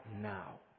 now